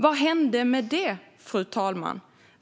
Vad hände med det?